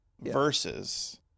versus